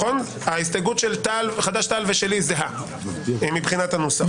ההסתייגות של חד"ש-תע"ל ושלי זהה מבחינת הנוסח,